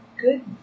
Good